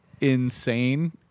insane